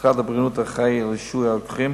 משרד הבריאות אחראי על רישוי הרוקחים